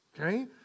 Okay